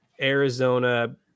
Arizona